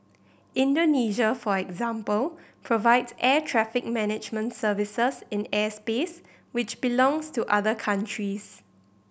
Indonesia for example provide air traffic management services in airspace which belongs to other countries